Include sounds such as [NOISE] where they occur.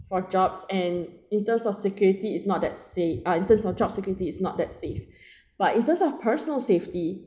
for jobs and in terms of security its not that safe uh in terms of job security is not that safe [BREATH] but in terms of personal safety